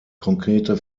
konkrete